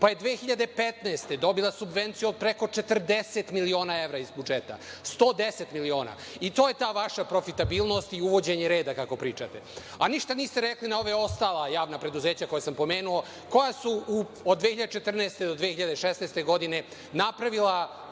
pa je 2015. godine dobila subvenciju od preko 40 miliona evra iz budžeta, 110 miliona. To je ta vaša profitabilnost i uvođenje reda kako pričate, a ništa niste rekli na ova ostala javna preduzeća koja sam pomenuo, koja su od 2014. do 2016. godine napravila